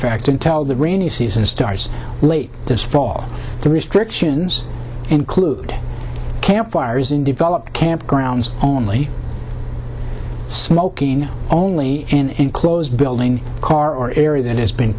ect and tell the rainy season starts late this fall the restrictions include campfires in developed campgrounds only smoking only in enclosed building a car or area that has been